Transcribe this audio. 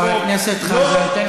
חבר הכנסת חזן,